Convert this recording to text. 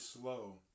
slow